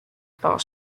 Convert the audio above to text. porcs